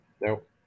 Nope